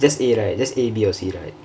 just A right just A B or C right